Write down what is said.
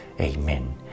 Amen